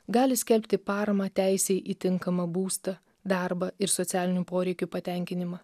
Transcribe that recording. gali skelbti paramą teisei į tinkamą būstą darbą ir socialinių poreikių patenkinimą